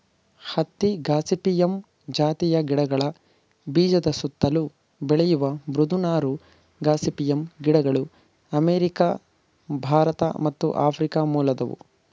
ಹತ್ತಿ ಗಾಸಿಪಿಯಮ್ ಜಾತಿಯ ಗಿಡಗಳ ಬೀಜದ ಸುತ್ತಲು ಬೆಳೆಯುವ ಮೃದು ನಾರು ಗಾಸಿಪಿಯಮ್ ಗಿಡಗಳು ಅಮೇರಿಕ ಭಾರತ ಮತ್ತು ಆಫ್ರಿಕ ಮೂಲದವು